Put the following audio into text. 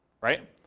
right